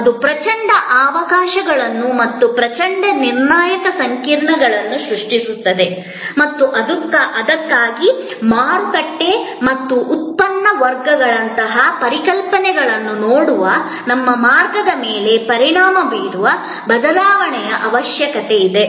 ಮತ್ತು ಅದು ಪ್ರಚಂಡ ಅವಕಾಶಗಳನ್ನು ಮತ್ತು ಪ್ರಚಂಡ ನಿರ್ಣಾಯಕ ಸಂಕೀರ್ಣತೆಗಳನ್ನು ಸೃಷ್ಟಿಸುತ್ತಿದೆ ಮತ್ತು ಅದಕ್ಕಾಗಿಯೇ ಮಾರುಕಟ್ಟೆ ಮತ್ತು ಉತ್ಪನ್ನ ವರ್ಗಗಳಂತಹ ಪರಿಕಲ್ಪನೆಗಳನ್ನು ನೋಡುವ ನಮ್ಮ ಮಾರ್ಗದ ಮೇಲೆ ಪರಿಣಾಮ ಬೀರುವ ಬದಲಾವಣೆಯ ಅವಶ್ಯಕತೆಯಿದೆ